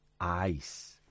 ice